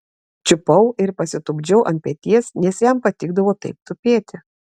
čiupau ir pasitupdžiau ant peties nes jam patikdavo taip tupėti